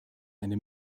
eine